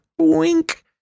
Wink